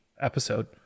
episode